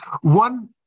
One